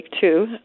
two